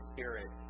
Spirit